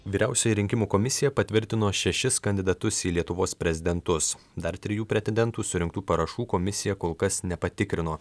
vyriausioji rinkimų komisija patvirtino šešis kandidatus į lietuvos prezidentus dar trijų pretendentų surinktų parašų komisija kol kas nepatikrino